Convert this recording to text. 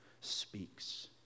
speaks